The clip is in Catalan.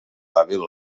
hàbil